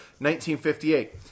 1958